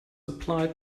applied